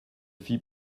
fit